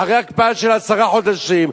אחרי הקפאה של עשרה חודשים.